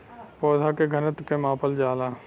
पौधा के घनत्व के मापल जाला